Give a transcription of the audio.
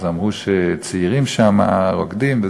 אז אמרו שצעירים שמה רוקדים.